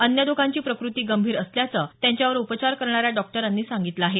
अन्य दोघांची प्रकृती गंभीर असल्याचं त्यांच्यावर उपचार करणाऱ्या डॉक्टरांनी सांगितलं आहे